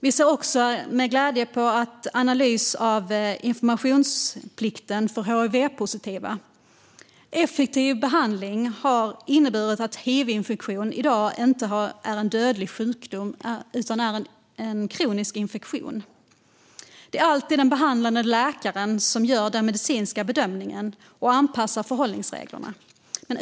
Vi ser också med glädje på tillkännagivandet när det gäller informationsplikten för hivpositiva. Effektiv behandling innebär att hivinfektion i dag inte är en dödlig sjukdom utan en kronisk infektion. Det är alltid den behandlande läkaren som gör den medicinska bedömningen och anpassar förhållningsreglerna.